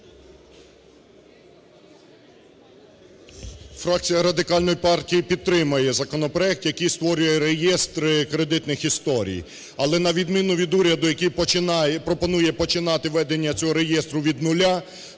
Фракція Радикальної партії підтримує законопроект, який створює реєстри кредитних історій. Але на відміну від уряду, який починає... пропонує починати ведення цього реєстру від нуля,